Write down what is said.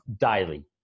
daily